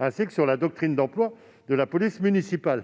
ainsi que sur la doctrine d'emploi de la police municipale.